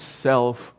self